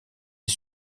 des